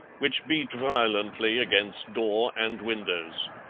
which beat violently against door and windows.